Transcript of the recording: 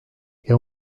que